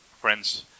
Friends